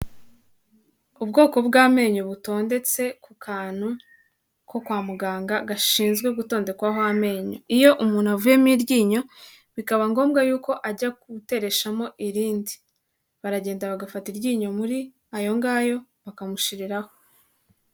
Ubwoko bw'amenyo butondetse ku kantu ko kwa muganga gashinzwe gutondekwaho amenyo. Iyo umuntu avuyemo iryinyo bikaba ngombwa yuko ajya gutetereshamo irindi, baragenda bagafata iryinyo muri ayo ngayo bakamushiriraho.